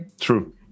true